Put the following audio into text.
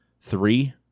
three